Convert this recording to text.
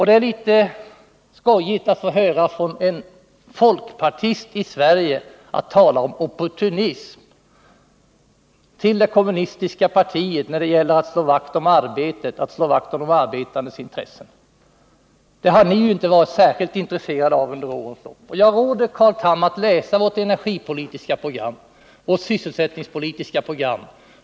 Det är litet skojigt att få uppleva att en folkpartist i Sverige vänder sig till det kommunistiska partiet och talar om opportunism när det gäller att slå vakt om de arbetandes intressen. Det har ni ju inte varit särskilt intresserade av under årens lopp. Jag råder Carl Tham att läsa vårt energipolitiska program och vårt sysselsättningspolitiska program.